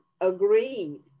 agreed